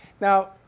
Now